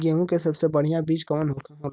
गेहूँक सबसे बढ़िया बिज कवन होला?